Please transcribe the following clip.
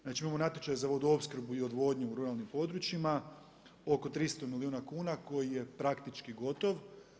Znači imamo natječaj za vodoopskrbu i odvodnju u ruralnim područjima oko 300 milijuna kuna koji je praktički gotov.